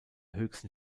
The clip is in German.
höchsten